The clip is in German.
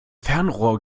fernrohr